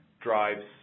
drives